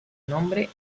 nombre